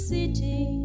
city